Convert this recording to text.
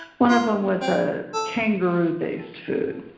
one of them was a kangaroo-based food,